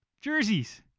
Jerseys